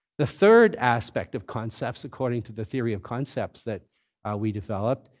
the third aspect of concepts, according to the theory of concepts that we developed,